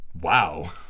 wow